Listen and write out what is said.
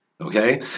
Okay